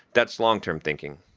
that's long-term thinking.